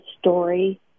story